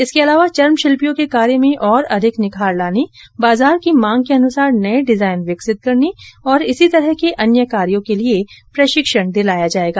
इसके अलावा चर्म शिल्पियों के कार्य में और अधिक निखार लाने बाजार की मांग के अनुसार नए डिजाइन विकसित करने और इसी तरह के अन्य कार्यो के लिए प्रशिक्षण दिलाया जाएगा